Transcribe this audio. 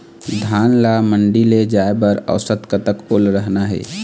धान ला मंडी ले जाय बर औसत कतक ओल रहना हे?